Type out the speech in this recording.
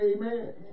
amen